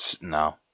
No